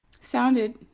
sounded